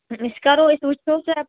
أسۍ کَرو أسۍ وٕچھو